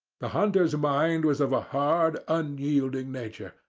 the hunter's mind was of a hard, unyielding nature,